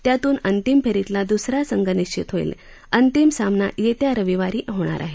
त्यातून अंतिम फेरीतला दुसरा संघ निश्चित होईल अंतिम सामना येत्या रविवारी होणार आहे